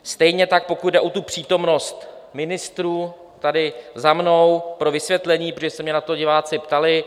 Stejně tak, pokud jde o přítomnost ministrů, tady za mnou pro vysvětlení, protože se mě na to diváci ptali.